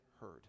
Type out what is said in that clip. heard